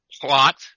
plot